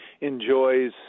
enjoys